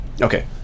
Okay